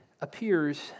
appears